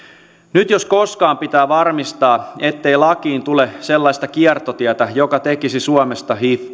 nyt jos koskaan pitää varmistaa ettei lakiin tule sellaista kiertotietä joka tekisi suomesta hiv